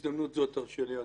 בהזדמנות זאת, תרשה לי אדוני,